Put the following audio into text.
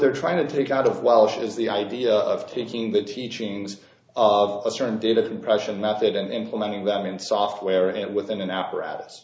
they're trying to take out of while she has the idea of taking the teachings of a certain data compression method and implementing them in software and within an apparatus